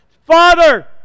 Father